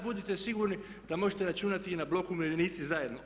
Budite sigurni da možete računati i na „Blok umirovljenici zajedno“